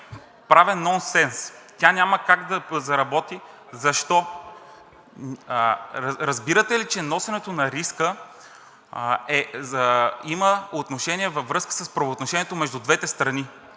правен нонсенс. Тя няма как да заработи. Защо? Разбирате ли, че носенето на риска има отношение във връзка с правоотношението между двете страни.